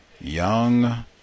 young